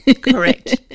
Correct